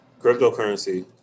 Cryptocurrency